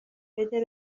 بده